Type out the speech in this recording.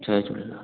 Jay Jhulelal